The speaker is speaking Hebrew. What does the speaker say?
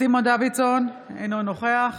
סימון דוידסון, אינו נוכח